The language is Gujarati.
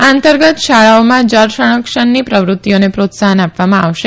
આ અંતર્ગત શાળાઓમાં જળ સંરક્ષણની પ્રવૃતિઓને પ્રોત્સાફન આપવામાં આવશે